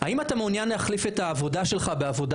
׳האם אתה מעוניין להחליף את העבודה שלך בעבודה